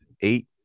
eight